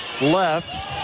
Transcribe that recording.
left